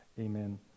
Amen